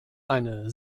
eine